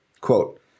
Quote